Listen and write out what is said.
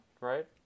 right